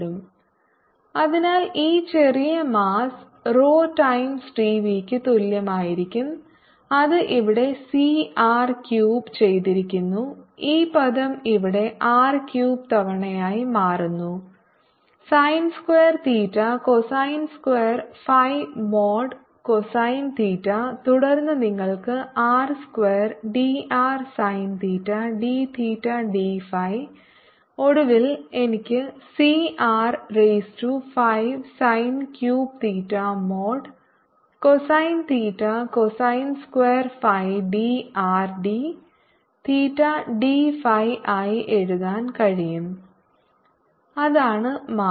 dVr2drsinθdθdϕ rθϕCx2zCr2ϕ r|cosθ| അതിനാൽ ഈ ചെറിയ മാസ്സ് rho ടൈംസ് dv യ്ക്ക് തുല്യമായിരിക്കും അത് ഇവിടെ സി ആർ ക്യൂബ് ചെയ്തിരിക്കുന്നു ഈ പദം ഇവിടെ ആർ ക്യൂബ് തവണയായി മാറുന്നു sine square theta cosine square phi mod cosine theta തുടർന്ന് നിങ്ങൾക്ക് R square d R sine theta d theta d phi ഒടുവിൽ എനിക്ക് C R raise to 5 sine cube theta mod cosine theta cosine square phi d R d theta d phi ആയി എഴുതാൻ കഴിയും അതാണ് mass